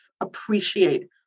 appreciate